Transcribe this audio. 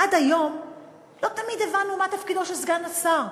עד היום לא תמיד הבנו מה תפקידו של סגן השר.